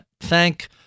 thank